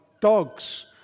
dogs